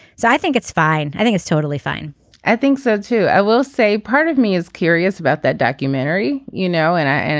so i think it's fine. i think it's totally fine i think so too. i will say part of me is curious about that documentary you know and i and